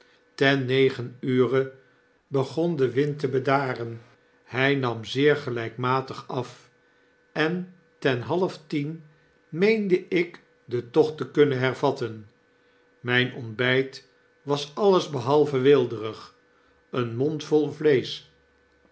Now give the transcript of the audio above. ten negen ure begon de wind te bedaren hy nam zeer gelijkmatig af en ten halftien meende ik den tocht te kunnen hervatten mijn ontbyt was alles behalve weelderig een mondvol vleesch